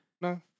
No